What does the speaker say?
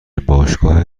باشگاه